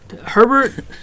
Herbert